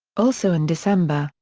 also in december,